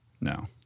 No